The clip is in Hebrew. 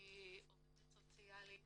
עובדת סוציאלית